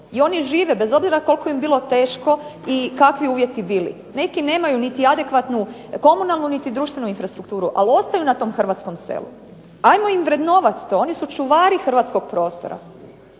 i oni žive, bez obzira koliko im bilo teško i kakvi uvjeti bili. Neki nemaju niti adekvatnu komunalnu niti društvenu infrastrukturu, ali ostaju na tom hrvatskom selu. Ajmo im vrednovati to. Oni su čuvari hrvatskog prostora.